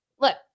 Look